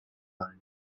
line